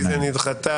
הרביזיה נדחתה.